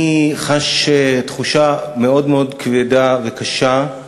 אני חש תחושה מאוד מאוד כבדה וקשה,